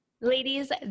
ladies